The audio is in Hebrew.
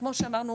וכמו שאמרנו